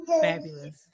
Fabulous